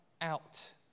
out